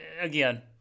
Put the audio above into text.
again